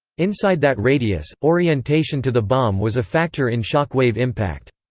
inside that radius, orientation to the bomb was a factor in shock wave impact.